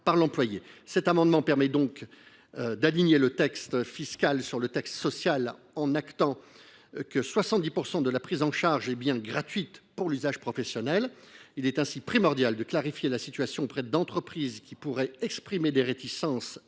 de cet amendement permettrait donc d’aligner le texte fiscal sur le texte social, en actant que 70 % de la prise en charge est bien gratuite pour l’usage professionnel. Il est primordial de clarifier la situation auprès d’entreprises qui pourraient avoir des réserves